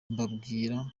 mbabwira